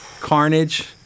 Carnage